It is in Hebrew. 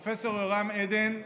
פרופ' יורם עדן,